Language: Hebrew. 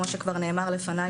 כמו שכבר נאמר לפני,